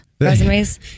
resumes